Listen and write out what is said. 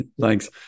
Thanks